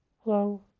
Hello